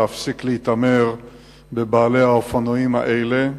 להפסיק להתעמר בבעלי האופנועים האלה.